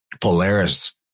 Polaris